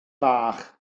bach